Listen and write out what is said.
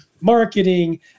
marketing